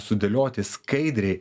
sudėlioti skaidriai